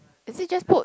is it just put